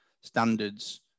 standards